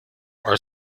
our